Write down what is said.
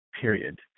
Period